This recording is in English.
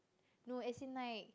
no as it like